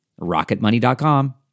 Rocketmoney.com